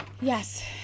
Yes